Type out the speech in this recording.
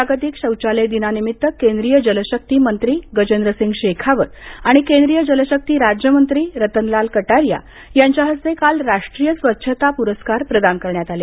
जागतिक शौचालय दिनानिमित्त केंद्रीय जल शक्ती मंत्री गजेंद्र सिंग शेखावत आणि केंद्रीय जल शक्ती राज्य मंत्री रतन लाल कटारिया यांच्या हस्ते काल राष्ट्रीय स्वच्छता पुरस्कार प्रदान करण्यात आले